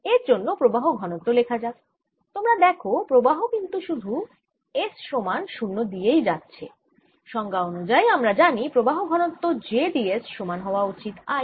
এর জন্য প্রবাহ ঘনত্ব লেখা যাক তোমরা দেখো প্রবাহ কিন্তু শুধু s সমান 0 দিয়েই যাচ্ছে সংজ্ঞা অনুযায়ী আমরা জানি প্রবাহ ঘনত্ব j d s সমান হওয়া উচিত I